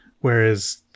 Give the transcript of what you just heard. Whereas